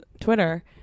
Twitter